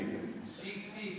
תיק-תיק, לא פרה.